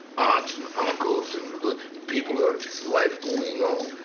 aunts and uncles and like people are life going on.